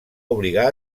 obligar